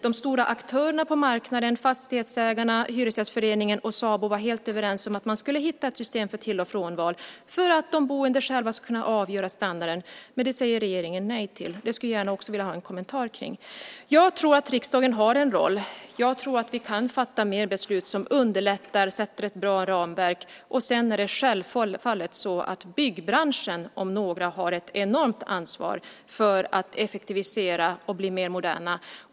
De stora aktörerna på marknaden, Fastighetsägarna, Hyresgästföreningen och Sabo, var helt överens om att man skulle hitta ett system för till och frånval för att de boende själva skulle kunna avgöra standarden, men det säger regeringen nej till. Det skulle jag gärna också vilja ha en kommentar kring. Jag tror att riksdagen har en roll. Jag tror att vi kan fatta mer beslut som underlättar och sätter ett bra ramverk. Sedan är det självfallet så att byggbranschen, om någon, har ett enormt ansvar för att effektivisera och bli mer modern.